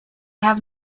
have